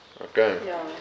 Okay